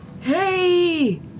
Hey